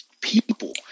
people